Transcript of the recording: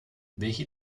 welche